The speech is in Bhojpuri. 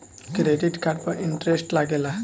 क्रेडिट कार्ड पर इंटरेस्ट लागेला?